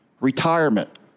retirement